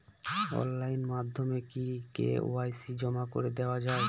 Online মাধ্যমে কি KYC জমা করে দেওয়া য়ায়?